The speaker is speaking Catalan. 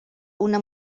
una